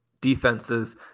defenses